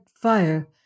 fire